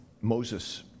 Moses